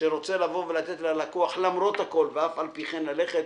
שרוצה לתת ללקוח למרות הכל ואף על פי כן, ללכת